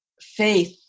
faith